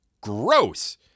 Gross